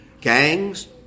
gangs